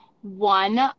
one